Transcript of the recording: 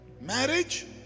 marriage